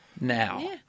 now